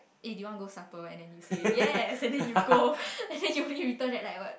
eh do you want go supper and then you say yes and you then you go and then you return at like what